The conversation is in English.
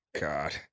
God